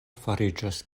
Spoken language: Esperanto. fariĝas